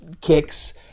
kicks